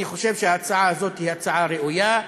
אני חושב שההצעה הזאת היא הצעה ראויה,